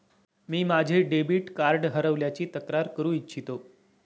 मी माझे debit card हरवल्याची तक्रार करू इच्छितो